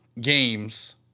games